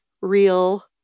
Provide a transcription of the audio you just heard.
real